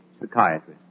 psychiatrist